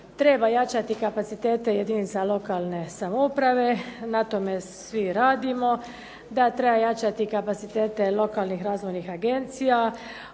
treba jačati kapacitete jedinica lokalne samouprave. Na tome svi radimo, da treba jačati kapacitete lokalnih razvojnih agencija,